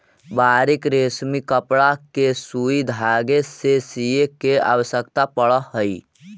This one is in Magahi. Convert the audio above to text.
बारीक रेशमी कपड़ा के सुई धागे से सीए के आवश्यकता पड़त हई